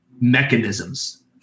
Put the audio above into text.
mechanisms